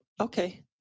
okay